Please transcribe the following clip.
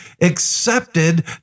accepted